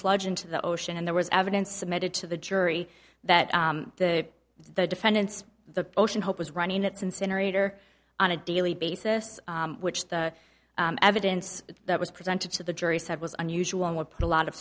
sludge into the ocean and there was evidence submitted to the jury that the the defendants the ocean hope was running its incinerator on a daily basis which the evidence that was presented to the jury said was unusual and would put a lot of